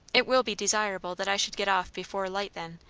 it will be desirable that i should get off before light, then.